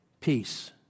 peace